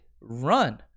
run